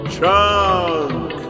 Chunk